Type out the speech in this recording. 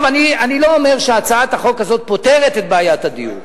אני לא אומר שהצעת החוק הזאת פותרת את בעיית הדיור.